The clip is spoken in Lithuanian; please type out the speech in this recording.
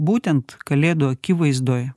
būtent kalėdų akivaizdoj